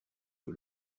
que